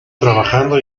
trabajando